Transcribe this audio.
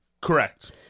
Correct